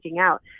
out